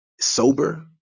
sober